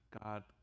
God